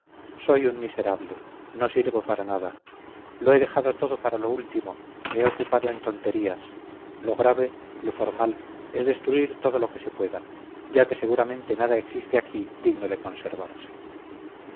soy un miserable no sirvo para nada lo he dejado todo para lo último me he ocupado en tonterías lo grave lo formal es destruir todo lo que se pueda ya que seguramente nada existe aquí digno de conservarse